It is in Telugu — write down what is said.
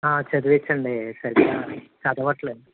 చదివిచండి సరిగ్గా చదవట్లే